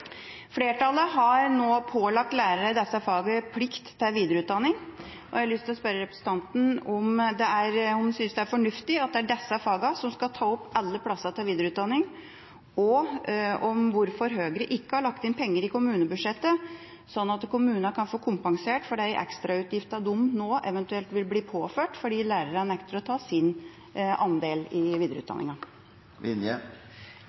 Flertallet har nå pålagt lærere i disse fagene plikt til videreutdanning. Jeg har lyst til å spørre representanten om hun synes det er fornuftig at det er disse fagene som skal ta opp alle plassene til videreutdanning, og hvorfor Høyre ikke har lagt inn penger i kommunebudsjettet sånn at kommunene kan få kompensert for de ekstrautgiftene de nå eventuelt vil bli påført, fordi lærerne nekter å ta sin andel i videreutdanninga.